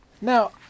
Now